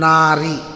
Nari